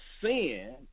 sin